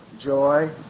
joy